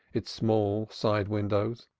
its small side-windows,